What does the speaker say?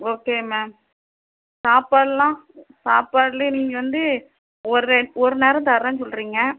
okay ma'am சாப்பாடெல்லாம் சாப்பாட்டிலே நீங்கள் வந்து ஒரு ஒரு நேரம் தரேன்னு சொல்கிறீங்க